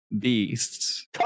Beasts